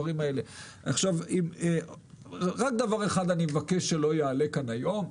רק דבר אחד אני מבקש שלא יעלה היום,